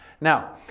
Now